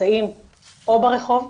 נמצאים או ברחוב,